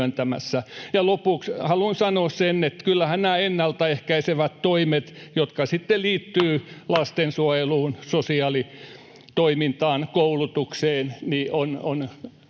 lopuksi haluan sanoa sen, että kyllähän nämä ennaltaehkäisevät toimet, jotka sitten liittyvät lastensuojeluun, sosiaalitoimintaan, koulutukseen, ovat kaiken